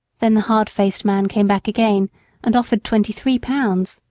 then the hard-faced man came back again and offered twenty-three pounds.